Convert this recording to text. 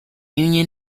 union